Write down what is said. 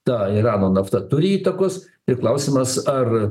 ta irano nafta turi įtakos ir klausimas ar